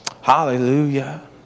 Hallelujah